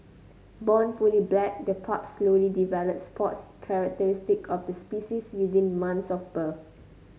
born fully black the pups slowly develop spots characteristic of the species within months of birth